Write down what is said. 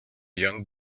young